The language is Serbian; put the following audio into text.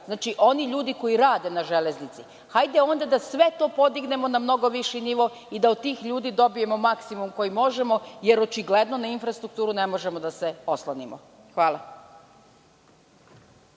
znači, oni ljudi koji rade na železnici. Hajde onda da sve to podignemo na mnogo viši nivo i da od tih ljudi dobijemo maksimum koji možemo, jer očigledno na infrastrukturu ne možemo da se oslonimo. Hvala.